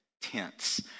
tense